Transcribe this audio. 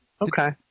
Okay